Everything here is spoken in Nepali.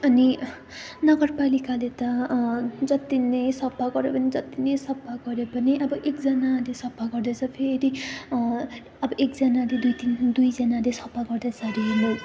अनि नगरपालिकाले त जत्ति नै सफा गरे पनि जत्ति नै सफा गरे पनि अब एकजनाले सफा गर्दैछ फेरि ती अब एकजनाले दुईजनाले सफा गर्दैछ अरे